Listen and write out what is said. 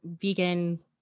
vegan